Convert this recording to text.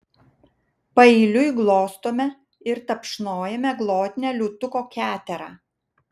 paeiliui glostome ir tapšnojame glotnią liūtuko keterą